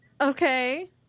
Okay